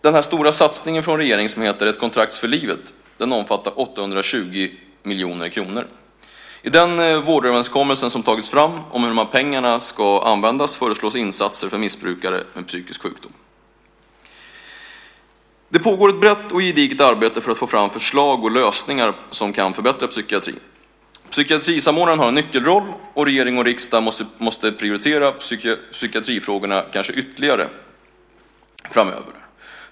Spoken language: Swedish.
Den stora satsningen från regeringen, Ett kontrakt för livet, omfattar 820 miljoner kronor. I den vårdöverenskommelse som har tagits fram om hur pengarna ska användas föreslås insatser för missbrukare med psykisk sjukdom. Det pågår ett brett och gediget arbete för att få fram förslag och lösningar som kan förbättra psykiatrin. Psykiatrisamordnaren har en nyckelroll, och regering och riksdag måste prioritera psykiatrifrågorna ytterligare framöver.